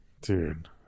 dude